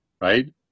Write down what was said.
right